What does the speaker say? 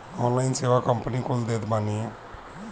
online सेवा company कुल देत बानी